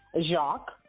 Jacques